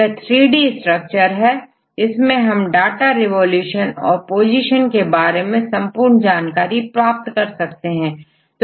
यह 3D structure है इससे हम डाटा रिवॉल्यूशन और पोजीशन के बारे में विस्तृत जानकारी पा सकेंगे